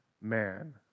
man